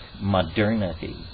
modernity